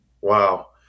Wow